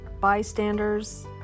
bystanders